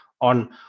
on